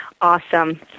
Awesome